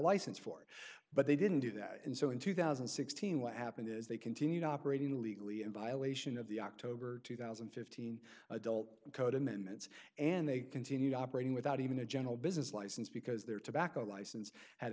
license for but they didn't do that and so in two thousand and sixteen what happened is they continued operating illegally in violation of the october two thousand and fifteen adult code amendments and they continued operating without even a general business license because their tobacco license had